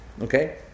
Okay